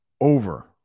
over